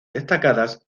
destacadas